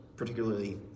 particularly